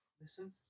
listen